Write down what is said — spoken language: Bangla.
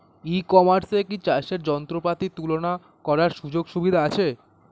ই কমার্সে কি চাষের যন্ত্রপাতি তুলনা করার সুযোগ সুবিধা আছে?